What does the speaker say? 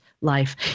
Life